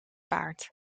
paard